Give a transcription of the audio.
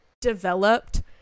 developed